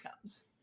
comes